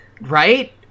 Right